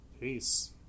Peace